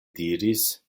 diris